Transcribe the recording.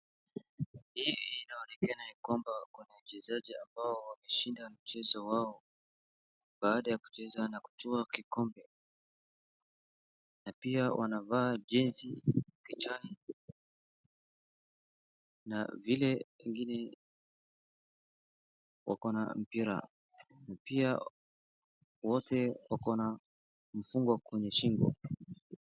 Hii inaonekana ya kwamba kuna wachezaji ambao wameshida mchezo wao, baada ya kucheza na kuchukua kikombe, na pia wanavaa jezi kijani na vile ingine wako na mpira, na pia wote wako na mfungo kwenye shingo.